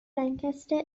lancaster